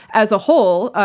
as a whole,